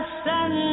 sun